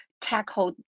tackle